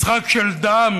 משחק של דם,